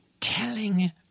telling